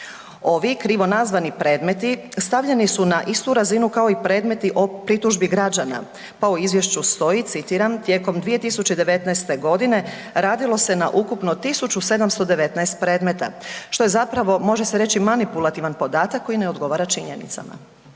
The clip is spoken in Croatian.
Ovi krivo nazvani predmeti stavljeni su na istu razinu kao i predmeti o pritužbi građana pa u izvješću stoji citiram, tijekom 2019. godine radilo se na ukupno 1.719 predmeta, što je zapravo manipulativan podatak koji ne odgovara činjenicama.